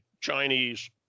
Chinese